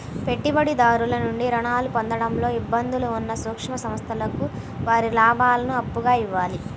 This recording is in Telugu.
పెట్టుబడిదారుల నుండి రుణాలు పొందడంలో ఇబ్బందులు ఉన్న సూక్ష్మ సంస్థలకు వారి లాభాలను అప్పుగా ఇవ్వాలి